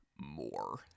more